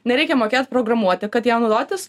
nereikia mokėt programuoti kad ją naudotis